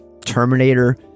Terminator